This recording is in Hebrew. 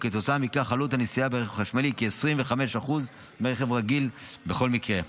וכתוצאה מכך עלות הנסיעה ברכב חשמלי היא כ-25% מרכב רגיל בכל מקרה.